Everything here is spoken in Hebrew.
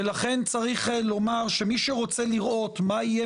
לכן יש לומר שמי שרוצה לראות מה יהיה